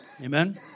amen